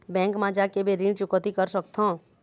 Bank मा जाके भी ऋण चुकौती कर सकथों?